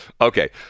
Okay